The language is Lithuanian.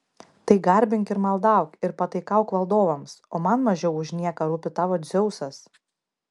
tai garbink ir maldauk ir pataikauk valdovams o man mažiau už nieką rūpi tavo dzeusas